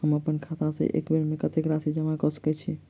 हम अप्पन खाता सँ एक बेर मे कत्तेक राशि जमा कऽ सकैत छी?